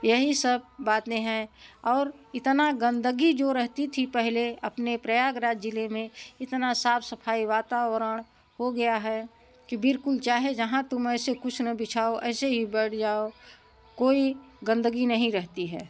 यही सब बाते हैं और इतना गंदगी जो रहती थी पहले अपने प्रयागराज जिले में इतना साफ सफाई वातावरण हो गया है कि बिल्कुल चाहे जहाँ तुम ऐसे कुछ ना बिछाओ ऐसे हीं बैठ जाओ कोई गंदगी नहीं रहती है